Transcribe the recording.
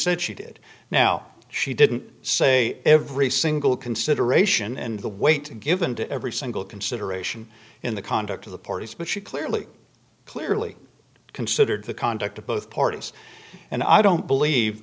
said she did now she didn't say every single consideration and the way to given to every single consideration in the conduct of the parties but she clearly clearly considered the conduct of both parties and i don't believe